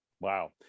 Wow